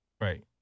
right